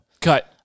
Cut